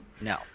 No